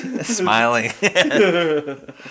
smiling